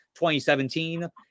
2017